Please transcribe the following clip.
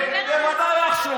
האלה, כן, ממתי הוא אח שלך?